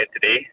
today